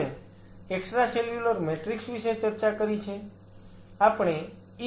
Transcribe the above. આપણે extracellular matrix વિશે ચર્ચા કરી છે